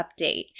update